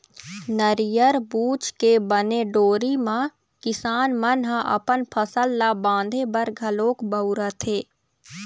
नरियर बूच के बने डोरी म किसान मन ह अपन फसल ल बांधे बर घलोक बउरथे